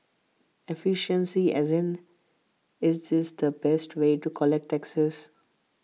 efficiency as in is this the best way to collect taxes